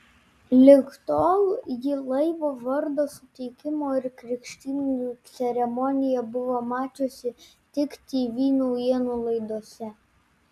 lig tol ji laivo vardo suteikimo ir krikštynų ceremoniją buvo mačiusi tik tv naujienų laidose